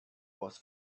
was